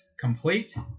complete